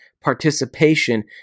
participation